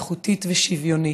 איכותית ושוויונית.